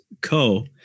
co